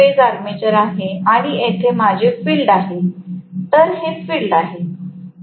हे three phase चे armature आहे आणि येथे माझे फील्ड आहे तर हे फील्ड आहे